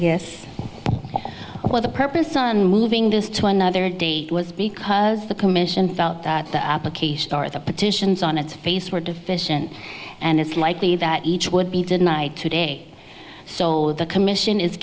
guess the purpose on moving this to another date was because the commission felt that the application or the petitions on its face were deficient and it's likely that each would be denied today so the commission is